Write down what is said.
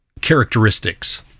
characteristics